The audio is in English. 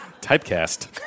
Typecast